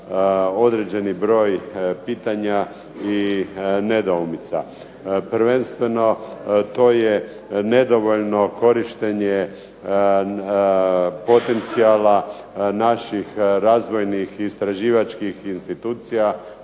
određeni broj pitanja i nedoumica. Prvenstveno to je nedovoljno korištenje potencijala naših razvojnih i istraživačkih institucija,